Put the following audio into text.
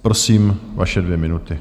Prosím, vaše dvě minuty.